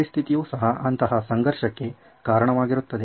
ಪರಿಸ್ಥಿತಿಯೂ ಸಹ ಅಂತಹ ಸಂಘರ್ಷಕ್ಕೆ ಕಾರಣವಾಗಿರುತ್ತದೆ